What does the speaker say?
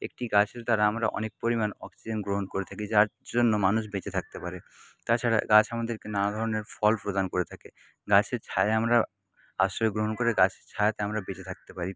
একটি গাছের দ্বারা আমরা অনেক পরিমাণ অক্সিজেন গ্রহণ করে থাকি যার জন্য মানুষ বেঁচে থাকতে পারে তাছাড়া গাছ আমাদেরকে নানা ধরণের ফল প্রদান করে থাকে গাছের ছায়ায় আমরা আশ্রয় গ্রহণ করে গাছের ছায়াতে আমরা বেঁচে থাকতে পারি